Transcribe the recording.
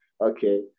Okay